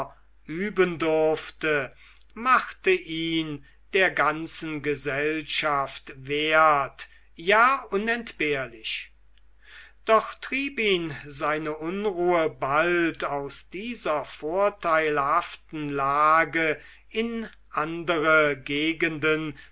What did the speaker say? üben durfte machte ihn der ganzen gesellschaft wert ja unentbehrlich doch trieb ihn seine unruhe bald aus dieser vorteilhaften lage in andere gegenden